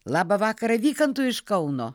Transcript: labą vakarą vykantui iš kauno